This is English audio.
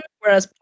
whereas